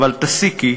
אבל תסיקי,